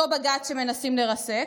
אותו בג"ץ שמנסים לרסק.